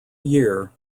year